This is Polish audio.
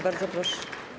Bardzo proszę.